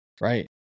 right